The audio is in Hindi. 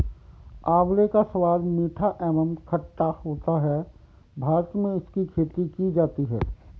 आंवले का स्वाद मीठा एवं खट्टा होता है भारत में इसकी खेती की जाती है